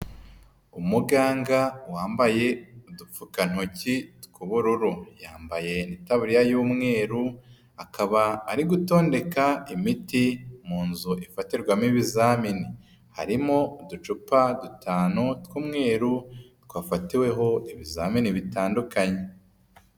Umuganga wambaye udupfukantoki tw'ubururu, yambaye n'itaburiya y'umweru akaba ari gutondeka imiti mu nzu ifatirwamo ibizamini, harimo uducupa dutanu tw'umweru twafatiweho ibizamini bitandukanye.